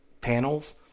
panels